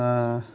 बा